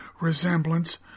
resemblance